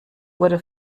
wurde